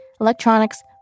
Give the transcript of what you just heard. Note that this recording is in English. electronics